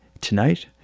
tonight